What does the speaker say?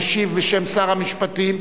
המשיב בשם שר המשפטים.